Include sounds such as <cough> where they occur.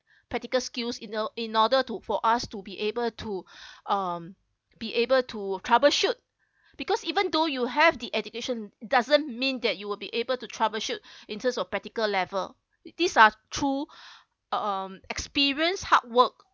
practical skills in or~ in order to for us to be able to <breath> um be able to troubleshoot because even though you have the education doesn't mean that you will be able to troubleshoot <breath> in terms of practical level these are through <breath> um experience hard work